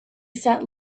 sat